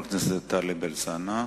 חבר הכנסת טלב אלסאנע,